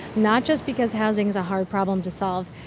not just because housing is a hard problem to solve.